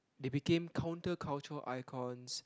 they became counterculture icons